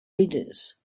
readers